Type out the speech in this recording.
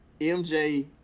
MJ